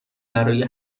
برای